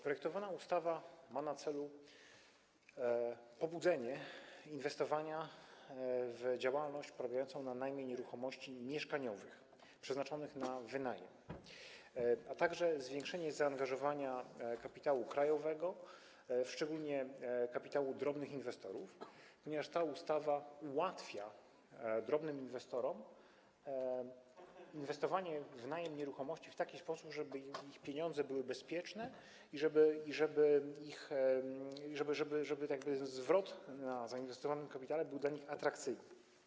Projektowana ustawa ma na celu pobudzenie inwestowania w działalność polegającą na najmie nieruchomości mieszkaniowych przeznaczonych na wynajem, a także zwiększenie zaangażowania kapitału krajowego, szczególnie kapitału drobnych inwestorów, ponieważ ta ustawa ułatwia drobnym inwestorom inwestowanie w najem nieruchomości w taki sposób, żeby ich pieniądze były bezpieczne i żeby zwrot na zainwestowanym kapitale był dla nich atrakcyjny.